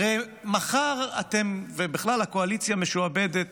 הרי מחר אתם, ובכלל, הקואליציה משועבדת